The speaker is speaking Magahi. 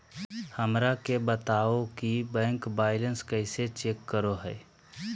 हमरा के बताओ कि बैंक बैलेंस कैसे चेक करो है?